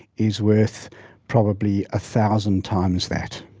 is worth probably a thousand times that.